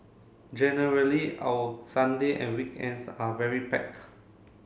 generally our Sunday and weekends are very packed